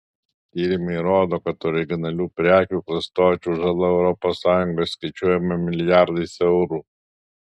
tyrimai rodo kad originalių prekių klastočių žala europos sąjungoje skaičiuojama milijardais eurų